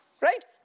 Right